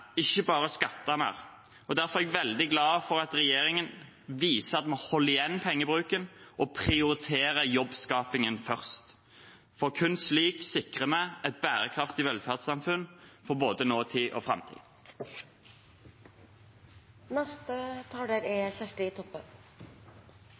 ikke bare skatte mer. Derfor er jeg veldig glad for at regjeringen viser at vi holder igjen pengebruken og prioriterer jobbskapingen først. For kun slik sikrer vi et bærekraftig velferdssamfunn for både nåtid og framtid. Eit sterkt offentleg helsevesen er